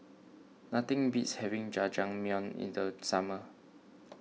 nothing beats having Jajangmyeon in the summer